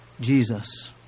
Jesus